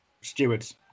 stewards